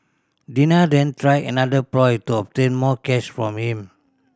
Dina then tried another ploy to obtain more cash from him